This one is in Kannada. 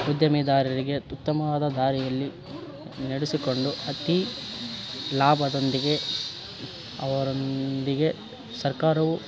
ಉದ್ಯಮಿದಾರರಿಗೆ ಉತ್ತಮವಾದ ದಾರಿಯಲ್ಲಿ ನಡೆಸಿಕೊಂಡು ಅತಿ ಲಾಭದೊಂದಿಗೆ ಅವರೊಂದಿಗೆ ಸರ್ಕಾರವು